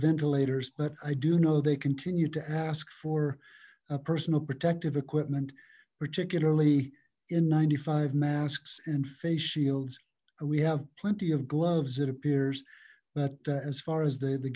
ventilators but i do know they continue to ask for a personal protective equipment particularly in ninety five masks and face shields we have plenty of gloves it appears but as far as the the